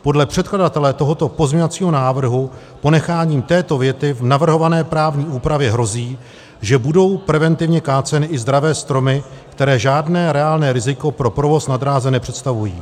Podle předkladatele tohoto pozměňovacího návrhu ponecháním této věty v navrhované právní úpravě hrozí, že budou preventivně káceny i zdravé stromy, které žádné reálné riziko pro provoz na dráze nepředstavují.